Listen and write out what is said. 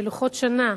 בלוחות שנה.